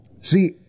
See